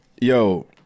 Yo